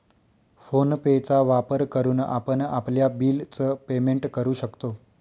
phone पे चा वापर करून आपण आपल्या बिल च पेमेंट करू शकतो